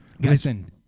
Listen